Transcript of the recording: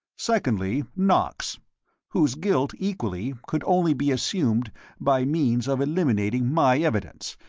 secondly knox whose guilt, equally, could only be assumed by means of eliminating my evidence,